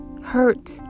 hurt